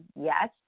yes